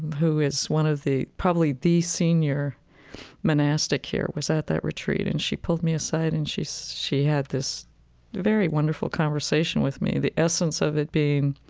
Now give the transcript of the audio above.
who is one of the probably the senior monastic here, was at that retreat, and she pulled me aside and she so she had this very wonderful conversation with me, the essence of it being,